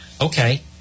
Okay